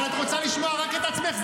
הרי את רוצה לשמוע רק את עצמך,